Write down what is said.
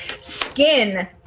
skin